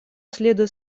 следует